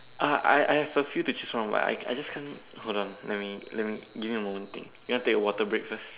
uh I I have a few to choose from but I just can't hold on let me let me give me a moment think you want take a water break first